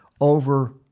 over